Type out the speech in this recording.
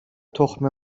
تخم